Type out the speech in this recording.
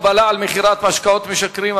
הגבלה על מכירת משקאות משכרים),